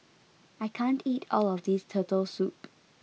I can't eat all of this turtle soup